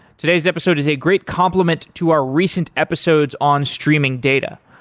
today's episode is a great complement to our recent episodes on streaming data.